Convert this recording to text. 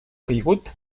caigut